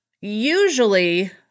usually